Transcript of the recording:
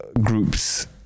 groups